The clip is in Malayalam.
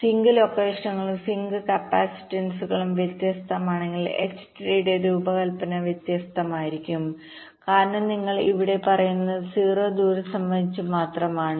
സിങ്ക് ലൊക്കേഷനുകളും സിങ്ക് കപ്പാസിറ്റൻസുകളും വ്യത്യസ്തമാണെങ്കിൽ എച്ച് ട്രീയുടെ രൂപകൽപ്പന വ്യത്യസ്തമായിരിക്കും കാരണം നിങ്ങൾ ഇവിടെ പറയുന്നത് 0 ദൂരം സംബന്ധിച്ച് മാത്രമാണ്